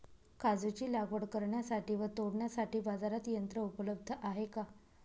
काजूची लागवड करण्यासाठी व तोडण्यासाठी बाजारात यंत्र उपलब्ध आहे का?